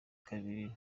kabiri